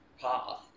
path